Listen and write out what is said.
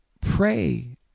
pray